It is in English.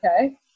Okay